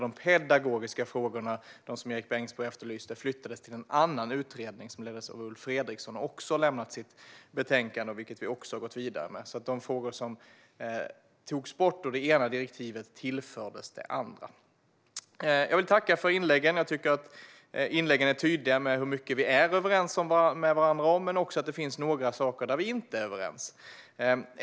De pedagogiska frågorna, som Erik Bengtzboe efterlyste, flyttades till en annan utredning, som leddes av Ulf Fredriksson och också har lämnat sitt betänkande, vilket vi har gått vidare med. De frågor som togs bort ur det ena direktivet tillfördes alltså det andra. Jag vill tacka för anförandena. Jag tycker att de tydligt visar hur mycket vi är överens med varandra om, men också att det finns några saker där vi inte är överens.